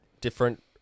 different